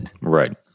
Right